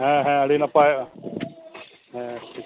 ᱦᱮᱸ ᱦᱮᱸ ᱟᱹᱰᱤ ᱱᱟᱯᱟᱭᱚᱜᱼᱟ ᱦᱮᱸ